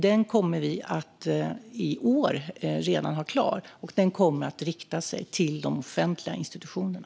Den kommer vi att ha klar redan i år, och den kommer att rikta sig till de offentliga institutionerna.